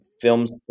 films